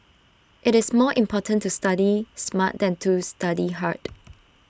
IT is more important to study smart than to study hard